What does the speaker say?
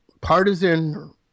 partisan